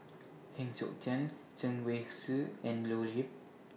Heng Siok Tian Chen Wen Hsi and Leo Yip